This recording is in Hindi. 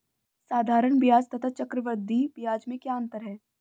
साधारण ब्याज तथा चक्रवर्धी ब्याज में क्या अंतर है?